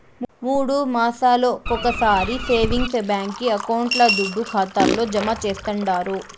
మూడు మాసాలొకొకసారి సేవింగ్స్ బాంకీ అకౌంట్ల దుడ్డు ఖాతాల్లో జమా చేస్తండారు